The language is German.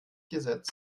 gesetzt